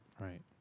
Right